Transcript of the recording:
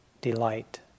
delight